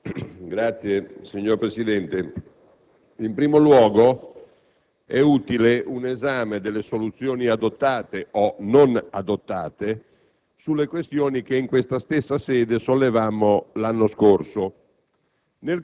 *relatore*. Signor Presidente, in primo luogo è utile un esame delle soluzioni adottate o non adottate sulle questioni che in questa stessa sede sollevammo l'anno scorso.